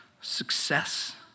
success